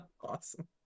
Awesome